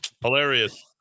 Hilarious